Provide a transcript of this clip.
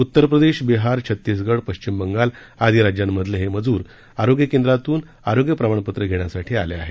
उत्तर प्रदेश बिहार छत्तीसगड पश्चिम बंगाल आदी राज्यांमधले हे मजूर आरोग्य केंद्रातून आरोग्य प्रमाणपत्र घेण्यासाठी आले आहेत